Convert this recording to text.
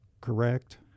correct